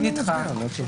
הצבעה לא אושרה.